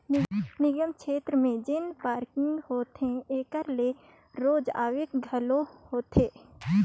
निगम छेत्र में जेन पारकिंग होथे एकर ले रोज आवक घलो होथे